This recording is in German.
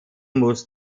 muss